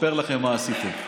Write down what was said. אספר לכם מה עשיתם,